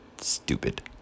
stupid